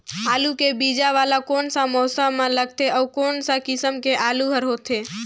आलू के बीजा वाला कोन सा मौसम म लगथे अउ कोन सा किसम के आलू हर होथे?